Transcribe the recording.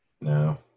No